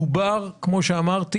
מדובר כמו שאמרתי,